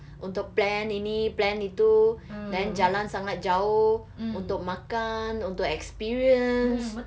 untuk plan ini plan itu then jalan sangat jauh untuk makan untuk experience